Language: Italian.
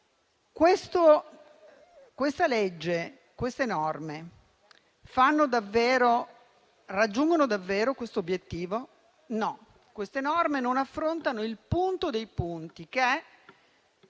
Le norme in discussione raggiungono davvero questo obiettivo? No, queste norme non affrontano il punto dei punti che è